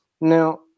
now